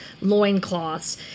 loincloths